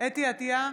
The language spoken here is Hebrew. אתי עטייה,